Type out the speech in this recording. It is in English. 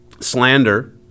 slander